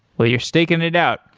well, you're staking it out.